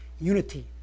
unity